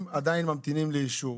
מבחינתי,